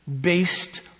based